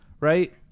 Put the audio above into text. Right